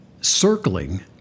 circling